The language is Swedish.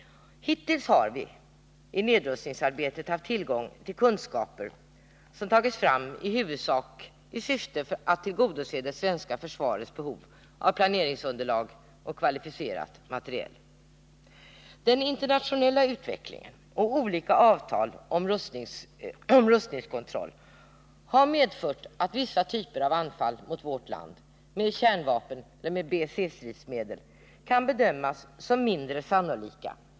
Hittills har vi i nedrustningsarbetet haft tillgång till kunskaper som tagits fram i huvudsak för att tillgodose det svenska försvarets behov av planeringsunderlag och kvalificerad materiel. Den internationella utvecklingen och olika avtal om rustningskontroll har medfört att vissa typer av anfall mot vårt land, t.ex. med kärnvapen eller BC-stridsmedel, kan bedömas som mindre sannolika.